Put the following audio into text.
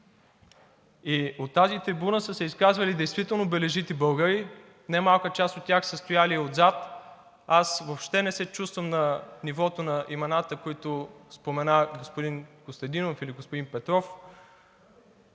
От тази трибуна са се изказвали действително бележити българи. Немалка част от тях са стояли отзад. Аз въобще не се чувствам на нивото на имената, които спомена и господин Костадинов или господин Петров,